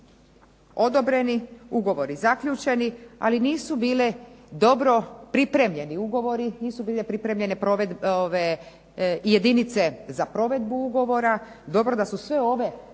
bili odobreni, ugovori zaključeni, ali nisu bili dobro pripremljeni ugovori, nisu bile pripremljene jedinice za provedbu ugovora. Dobro da su sve ove